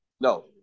No